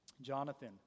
Jonathan